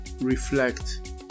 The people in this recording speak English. reflect